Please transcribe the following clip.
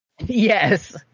Yes